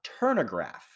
turnograph